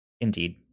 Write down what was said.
indeed